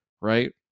right